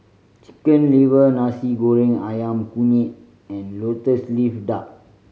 Chicken Liver Nasi Goreng Ayam Kunyit and Lotus Leaf Duck